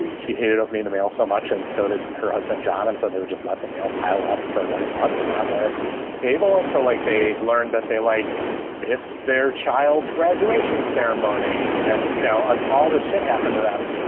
she hated opening the mail so much and so did her husband, john. and so they just let the mail pile up for like months on their table. and so, like, they learned that they like best their child's graduation ceremony. and, you know, all this should happen to them.